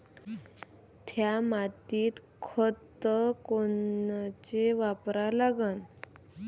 थ्या मातीत खतं कोनचे वापरा लागन?